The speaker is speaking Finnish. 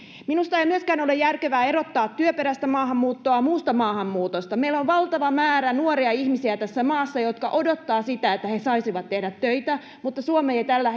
minusta ei myöskään ole järkevää erottaa työperäistä maahanmuuttoa muusta maahanmuutosta meillä on tässä maassa valtava määrä nuoria ihmisiä jotka odottavat sitä että he saisivat tehdä töitä mutta suomi ei tällä